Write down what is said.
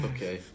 Okay